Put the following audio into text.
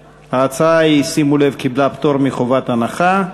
ההצעה, שימו לב, קיבלה פטור מחובת הנחה,